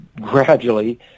gradually